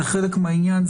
זה חלק מהעניין.